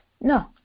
No